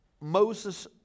Moses